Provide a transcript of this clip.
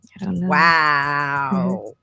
Wow